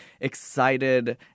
excited